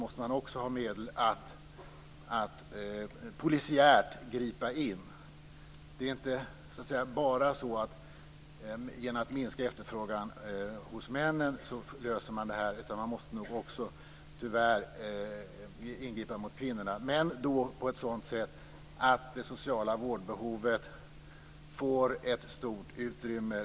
Det är inte bara så att man löser detta genom att minska efterfrågan hos männen, utan man måste nog också tyvärr ingripa mot kvinnorna - men då på ett sådant sätt att det sociala vårdbehovet får ett stort utrymme.